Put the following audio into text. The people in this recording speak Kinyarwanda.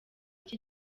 iki